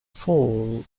fall